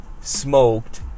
smoked